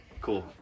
cool